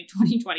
2020